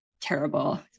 terrible